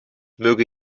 möge